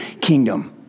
kingdom